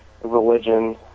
religion